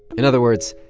in other words,